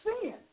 sin